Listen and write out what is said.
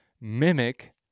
mimic